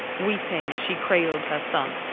weeping as she cradled her son.